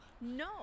no